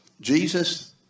Jesus